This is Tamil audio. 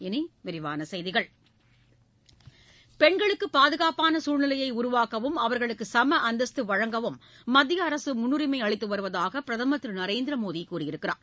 இனி விரிவான செய்திகள் பெண்களுக்கு பாதுகாப்பான சூழ்நிலையை உருவாக்கவும் அவர்களுக்கு சம அந்தஸ்து வழங்கவும் மத்திய அரசு முன்னுிமை அளித்து வருவதாக பிரதமா் திரு நரேந்திர மோடி கூறியிருக்கிறார்